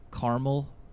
caramel